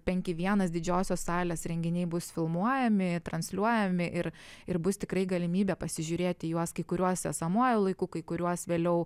penki vienas didžiosios salės renginiai bus filmuojami transliuojami ir ir bus tikrai galimybė pasižiūrėti į juos kai kuriuos esamuoju laiku kai kuriuos vėliau